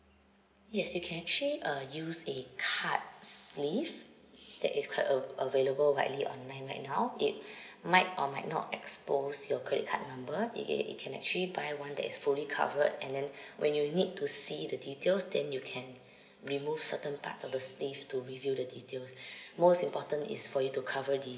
yes you can actually uh use a card sleeve that is quite uh available widely online right now it might or might not expose your credit card number you can you can actually buy one that is fully covered and then when you need to see the details then you can remove certain parts of the sleeve to reveal the details most important is for you to cover the